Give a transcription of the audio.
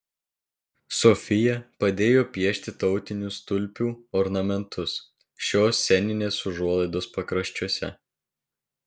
sofija padėjo piešti tautinius tulpių ornamentus šios sceninės užuolaidos pakraščiuose